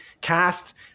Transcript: cast